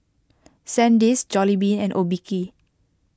Sandisk Jollibean and Obike